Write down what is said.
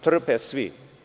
Trpe svi.